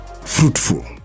fruitful